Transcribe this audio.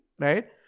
right